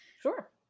Sure